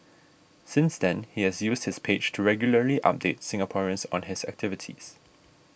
since then he has used his page to regularly update Singaporeans on his activities